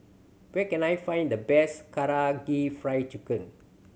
where can I find the best Karaage Fried Chicken